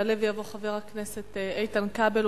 יעלה ויבוא חבר הכנסת איתן כבל,